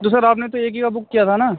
तो सर आपने तो एक ही का बुक किया था ना